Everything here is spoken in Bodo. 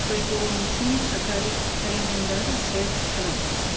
फैगौ मिटिंनि थाखाय रिमाइन्डार सेट खालाम